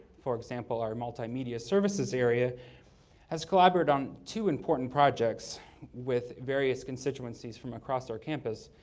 for example, our multimedia services area has collaborated on two important projects with various constituencies from across our campus.